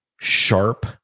sharp